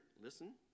listen